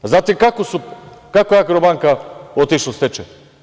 Znate kako je „Agrobanka“ otišla u stečaj?